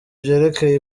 byerekeye